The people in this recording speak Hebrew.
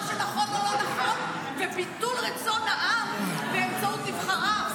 שנכון או לא נכון וביטול רצון העם באמצעות נבחריו.